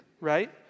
right